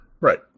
Right